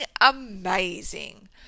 amazing